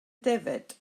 defaid